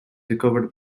recovered